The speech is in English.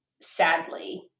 sadly